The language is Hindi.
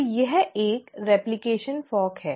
तो यह एक रेप्लिकेशॅन फ़ॉर्क है